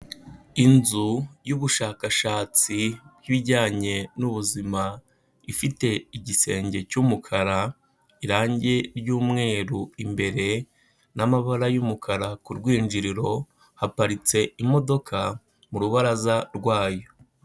Inzu y'ubushakashatsi bw'ibijyanye n'ubuzima ifite igisenge cy'umukara, irangi ry'umweru imbere n'amabara y'umukara ku rwinjiriro, haparitse imodoka mu rubaraza rwayo.